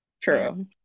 true